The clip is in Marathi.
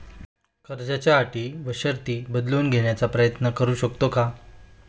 कर्जाच्या अटी व शर्ती बदलून घेण्याचा प्रयत्न करू शकतो का?